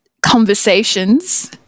conversations